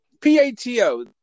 P-A-T-O